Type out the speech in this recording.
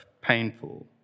painful